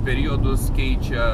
periodus keičia